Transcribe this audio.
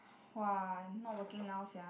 !wah! not working now sia